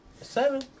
Seven